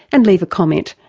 and leave a comment,